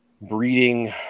Breeding